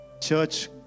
Church